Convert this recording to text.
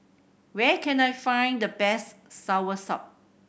where can I find the best soursop